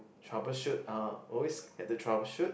troubleshoot uh always get to troubleshoot